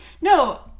No